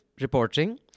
reporting